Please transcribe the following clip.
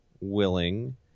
willing